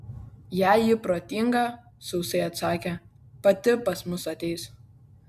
jei ji protinga sausai atsakė pati pas mus ateis